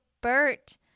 Bert